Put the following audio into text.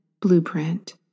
blueprint